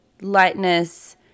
lightness